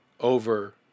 over